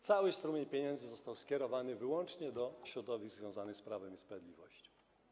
Cały strumień pieniędzy został skierowany wyłącznie do środowisk związanych z Prawem i Sprawiedliwością.